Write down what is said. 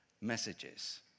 messages